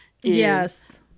Yes